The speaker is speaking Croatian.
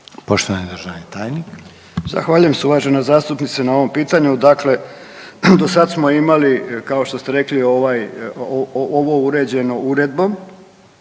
**Horvat, Mile (SDSS)** Zahvaljujem se uvažena zastupnice na ovom pitanju. Dakle, do sad smo imali kao što ste rekli ovaj, ovo uređeno uredbom